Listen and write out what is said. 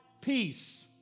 Peace